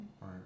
right